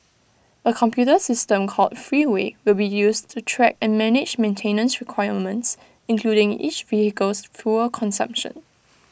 A computer system called Freeway will be used to track and manage maintenance requirements including each vehicle's fuel consumption